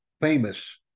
famous